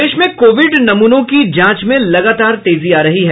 प्रदेश में कोविड नमूनों की जांच में लगातार तेजी आ रही है